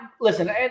listen